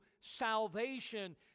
salvation